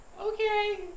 Okay